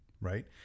right